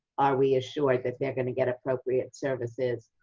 are we assured that they're going to get appropriate services.